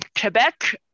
Quebec